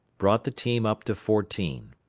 brought the team up to fourteen.